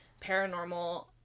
paranormal